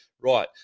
right